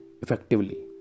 effectively